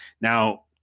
now